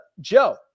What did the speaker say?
Joe